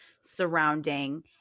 surrounding